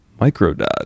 Microdot